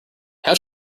how